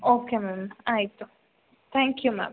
okay ma'am ಆಯಿತು thank you ma'am